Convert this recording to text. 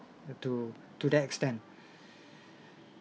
to to the extent